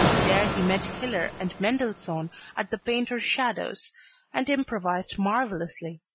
there he met hiller and mendelssohn at the painter schadow's and improvised marvellously,